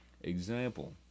Example